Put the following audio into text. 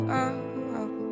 up